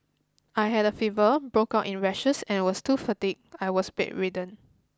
I had a fever broke out in rashes and was so fatigued I was bedridden